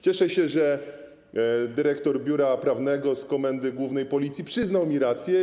Cieszę się, że dyrektor biura prawnego Komendy Głównej Policji przyznał mi rację.